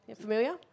familiar